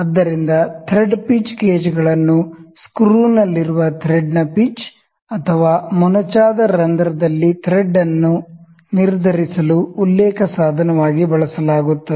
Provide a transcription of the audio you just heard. ಆದ್ದರಿಂದ thread pitch ಗೇಜ್ಗಳನ್ನು ಸ್ಕ್ರೂನಲ್ಲಿರುವ ಥ್ರೆಡ್ನ ಪಿಚ್ ಅಥವಾ ಮೊನಚಾದ ರಂಧ್ರದಲ್ಲಿ ಥ್ರೆಡ್ ಅನ್ನು ನಿರ್ಧರಿಸಲು ಉಲ್ಲೇಖ ಸಾಧನವಾಗಿreference tool ಬಳಸಲಾಗುತ್ತದೆ